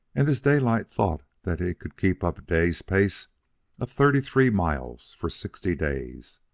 and this daylight thought that he could keep up a day's pace of thirty-three miles for sixty days!